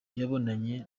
yabonanye